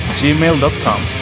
gmail.com